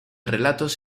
relatos